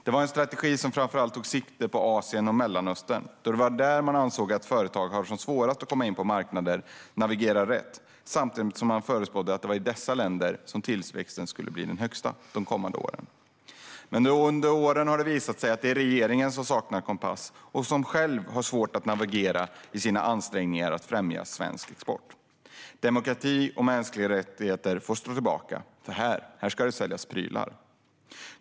Det var en strategi som framför allt tog sikte på Asien och Mellanöstern, då det var där man ansåg att företag hade svårast att komma in på marknader och navigera rätt. Samtidigt förutspådde man att det var i dessa länder som tillväxten skulle bli högst under de kommande åren. Under åren har det dock visat sig att det är regeringen som saknar kompass och som själv har svårt att navigera i sina ansträngningar att främja svensk export. Demokrati och mänskliga rättigheter får stå tillbaka - här ska säljas prylar!